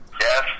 Yes